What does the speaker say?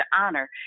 honor